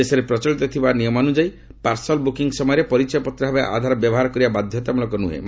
ଦେଶରେ ପ୍ରଚଳିତ ଥିବା ନିୟମାନୁଯାୟୀ ପାର୍ସଲ ବୁକିଙ୍ଗ୍ ସମୟରେ ପରିଚୟପତ୍ରଭାବେ ଆଧାର ବ୍ୟବହାର କରିବା ବାଧ୍ୟତାମୂଳକ ନୁହେଁ